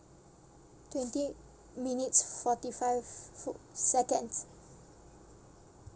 twenty eight minutes forty five fu~ seconds